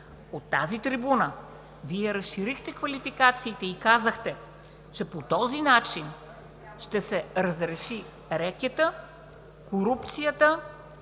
От тази трибуна Вие разширихте квалификациите и казахте, че по този начин ще се разреши рекетът, корупцията,